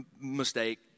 mistake